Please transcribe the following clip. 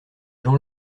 gens